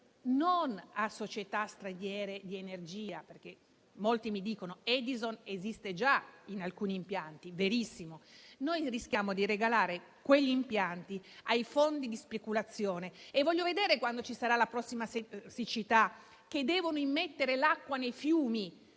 a società straniere di energia - molti mi dicono che Edison esiste già in alcuni impianti ed è verissimo - rischiamo di regalare quegli impianti ai fondi di speculazione. Voglio vedere, quando ci sarà la prossima siccità e dovranno immettere l'acqua nei fiumi,